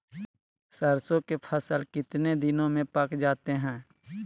सरसों के फसल कितने दिन में पक जाते है?